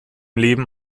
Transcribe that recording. leben